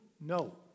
No